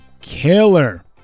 killer